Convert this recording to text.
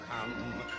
come